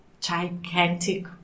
gigantic